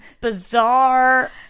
bizarre